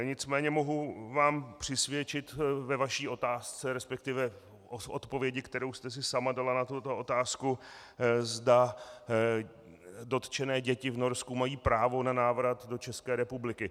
Nicméně mohu vám přisvědčit ve vaší otázce, resp. odpovědi, kterou jste si sama dala na tuto otázku, zda dotčené děti v Norsku mají právo na návrat do České republiky.